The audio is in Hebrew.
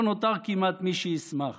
לא נותר כמעט מי שישמח